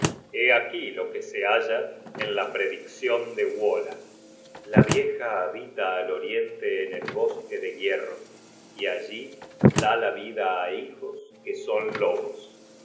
aquí lo que se halla en la prediccion de wola content from google book search generated at la vieja habita al oriente en el bosque de hierro y allí da la vida á hijos que son lobos